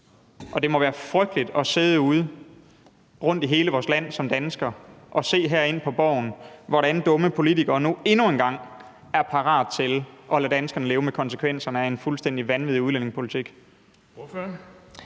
Det må være frygteligt at sidde ude i hele vores land som danskere og se herind på Borgen, hvordan dumme politikere nu endnu en gang er parat til at lade danskerne leve med konsekvenserne af en fuldstændig vanvittig udlændingepolitik.